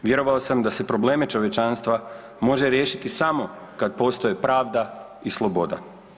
Vjerovao sam da se probleme čovječanstva može riješiti samo kada postoji pravda i sloboda.